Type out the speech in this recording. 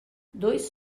dois